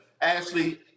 Ashley